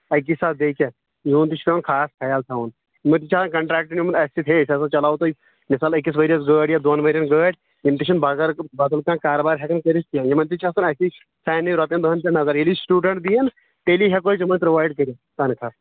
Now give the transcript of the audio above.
اَکی ساتہٕ بیٚیہِ کیٛاہ یِہُنٛد تہِ چھُ پیٚوان خاص خیال تھاوُن یِمو تہِ چھُ آسان کنٛٹریکٹہٕ نیٛوٗمُت اسہِ دوٚپ ہَے أسۍ ہَسا چلاوو تۅہہِ مِثال أکِس ؤرۍیَس گأڑۍ یا دۅن ؤرۍیَن گأڑۍ یِمہٕ تہِ چھِنہٕ بزل بدل کانٛہہ کارٕبار ہیٚکان کٔرِتھ کیٚنٛہہ یِمن تہِ چھِ آسان اسی نِش سانیٚن رۄپین دہَن پیٚٹھ نظر ییٚلی سٹوٗڈنٹ دِن تیٚلی ہیٚکو أسۍ یِمن پرٛوایِڈ کٔرِتھ تنخواہ